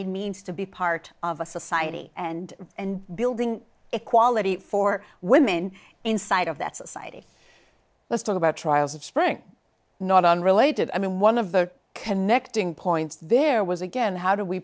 it means to be part of a society and and building equality for women inside of that society let's talk about trials of spring not unrelated i mean one of the connecting points there was again how do we